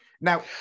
Now